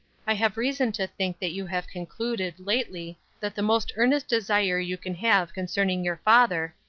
i have reason to think that you have concluded, lately, that the most earnest desire you can have concerning your father,